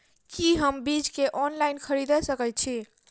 की हम बीज केँ ऑनलाइन खरीदै सकैत छी?